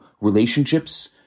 relationships